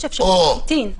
יש אפשרות להמתין.